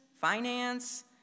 finance